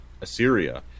Assyria